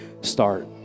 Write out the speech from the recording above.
start